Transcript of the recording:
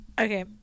Okay